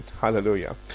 Hallelujah